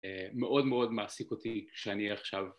מאוד מאוד מעסיק אותי כשאני עכשיו...